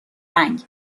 رنگ